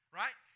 right